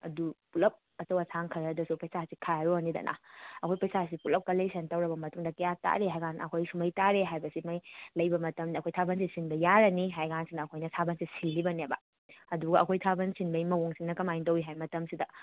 ꯑꯗꯨ ꯄꯨꯂꯞ ꯑꯆꯧ ꯑꯁꯥꯡ ꯈꯔꯗꯁꯨ ꯄꯩꯁꯥꯁꯤ ꯈꯥꯏꯔꯨꯔꯅꯤꯗꯅ ꯑꯩꯈꯣꯏ ꯄꯩꯁꯥꯁꯤ ꯄꯨꯂꯞ ꯀꯂꯦꯛꯁꯟ ꯇꯧꯔꯕ ꯃꯇꯨꯡꯗ ꯀꯌꯥ ꯇꯥꯔꯦ ꯍꯥꯏꯀꯥꯟꯗ ꯑꯩꯈꯣꯏ ꯁꯨꯡꯉꯩ ꯇꯥꯔꯦ ꯍꯥꯏꯕꯁꯤꯉꯩ ꯂꯩꯕ ꯃꯇꯝꯗ ꯑꯩꯈꯣꯏ ꯊꯥꯕꯜꯁꯤ ꯁꯤꯟꯕ ꯌꯥꯔꯅꯤ ꯍꯥꯏꯀꯥꯟꯁꯤꯗ ꯑꯩꯈꯣꯏꯅ ꯊꯥꯕꯜꯁꯤ ꯁꯤꯜꯂꯤꯕꯅꯦꯕ ꯑꯗꯨꯒ ꯑꯩꯈꯣꯏ ꯊꯥꯕꯜ ꯁꯤꯟꯕꯩ ꯃꯑꯣꯡꯁꯤꯅ ꯀꯃꯥꯏ ꯇꯧꯋꯤ ꯍꯥꯏꯕ ꯃꯇꯝꯁꯤꯗ